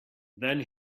then